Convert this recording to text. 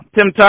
Tim